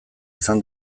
izan